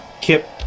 kip